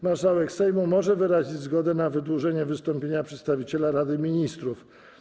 Marszałek Sejmu może wyrazić zgodę na wydłużenie wystąpienia przedstawiciela Rady Ministrów.